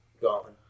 Gone